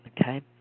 Okay